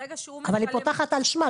ברגע שהוא משלם --- אבל היא פותחת על שמה,